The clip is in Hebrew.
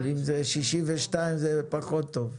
אבל אם זה גיל 62 שנים זה אפילו פחות טוב.